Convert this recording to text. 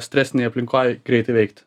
stresinėj aplinkoj greitai veikti